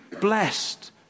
Blessed